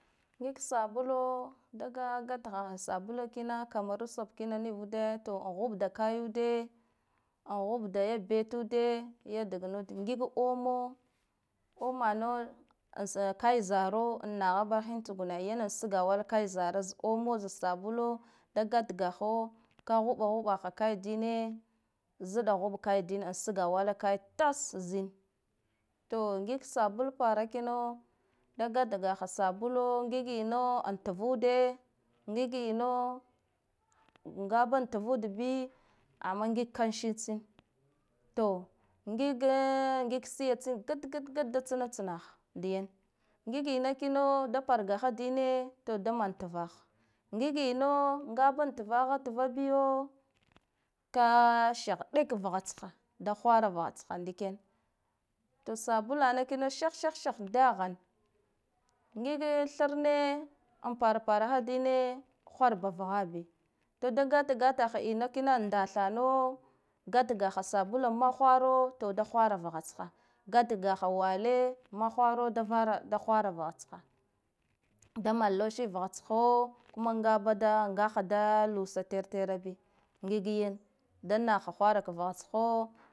Ngig sabulo dga gatgaha sabula kina kamaru sop kino noivude to huɓ ga kayude a huɓ da ya betude ya dagna ngig omo, omana za kai zaro a nahabahin tsagune yane sgawa la kai zara saoma za sabulo daga tgaho ka huɓa huɓa kai dine zi ɗa huɓ kai din an sgwala kai tas zin, to ngig sabul para kino da gatgaha sabulo ngiyina an tuvude ngig yina ngaba tuvud bi amma ngig kamshi tsin, to ngige ngig siya tsin dag gad gad tsnatsnaha da yan ina kino da pargaha dine, to da man tvaha ngiyina ngaba tvahatva biyo ka shaɓek vaha tsha da hwara vaha tsha ndiken, to sabulana kina sheh sheh sheh dahen ngige tharne an para paraha dine hwarba vaha bi, to da gata gata ha kina adatha no gatgaha sabula mahwara to da hwara vaha tsha gatga ha wale mahwaro da hwara vaha tsha, da man laushi vaha tsha kuma ngaha da lusa ter tera bi ngig yane da naha hwara vaha tsha.